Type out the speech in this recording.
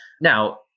Now